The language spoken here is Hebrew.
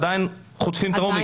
עדיין חוטפים את האומיקרון.